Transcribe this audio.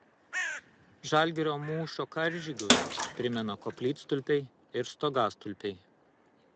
žalgirio mūšio karžygius primena koplytstulpiai ir stogastulpiai